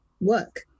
work